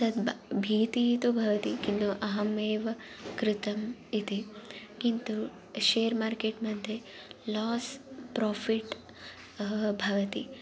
तद् ब भीतिः तु भवति किन्तु अहमेव कृतम् इति किन्तु शेर् मार्केट्मध्ये लोस् प्रोफ़िट् भवति